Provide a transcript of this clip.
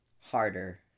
harder